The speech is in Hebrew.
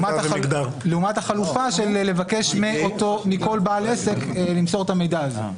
של לבקש מאותו, מכל בעל עסק, למסור את המידע הזה.